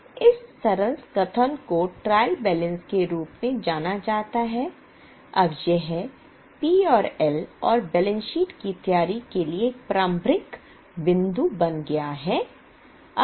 इस सरल कथन को ट्रायल बैलेंस के रूप में जाना जाता है अब यह पी और एल और बैलेंस शीट की तैयारी के लिए एक प्रारंभिक बिंदु बन गया है